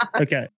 Okay